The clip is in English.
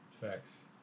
Facts